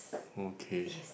okay